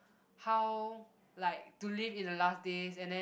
how like to live in the last day and then